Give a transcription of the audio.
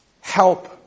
Help